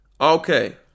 Okay